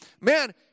man